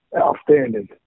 Outstanding